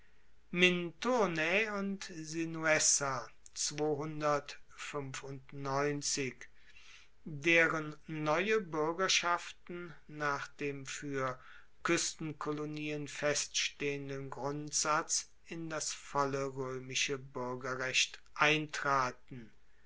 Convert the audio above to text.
minturnae und sinuessa deren neue buergerschaften nach dem fuer kuestenkolonien feststehenden grundsatz in das volle roemische buergerrecht eintraten